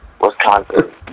Wisconsin